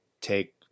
take